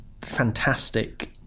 fantastic